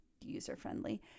user-friendly